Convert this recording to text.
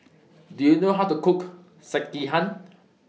Do YOU know How to Cook Sekihan